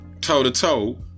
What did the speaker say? toe-to-toe